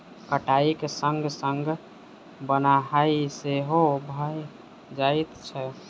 कटाइक संग संग बन्हाइ सेहो भ जाइत छै